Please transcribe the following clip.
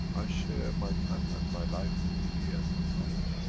i share my time and my life freely and my knowledge.